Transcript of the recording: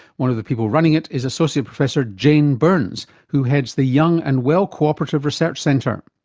one of the people running it is associate professor jane burns who heads the young and well cooperative research centre.